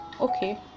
okay